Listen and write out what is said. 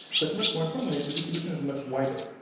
but much more importantly, the distribution is much wider.